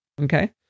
Okay